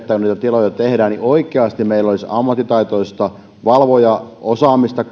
kun tiloja tehdään niin oikeasti meillä olisi ammattitaitoista valvojaosaamista